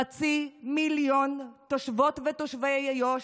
חצי מיליון תושבות ותושבי איו"ש,